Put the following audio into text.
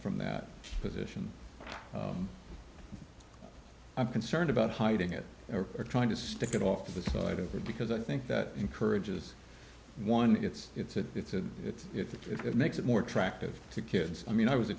from that position i'm concerned about hiding it or trying to stick it off to the side of it because i think that encourages one it's it's a it's a it's it's it makes it more attractive to kids i mean i was a